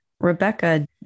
Rebecca